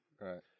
Right